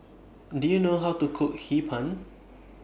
Do YOU know How to Cook Hee Pan